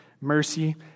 mercy